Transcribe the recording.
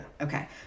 Okay